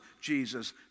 Jesus